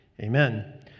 amen